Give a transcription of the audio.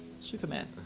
Superman